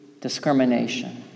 discrimination